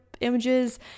images